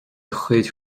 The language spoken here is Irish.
chuid